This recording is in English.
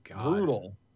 Brutal